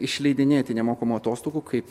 išleidinėti nemokamų atostogų kaip